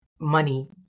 money